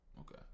okay